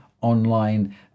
online